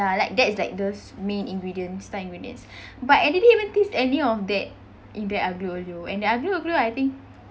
like that is like those main ingredients starred ingredients but I didn't even taste any of that in the aglio olio and the aglio olio I think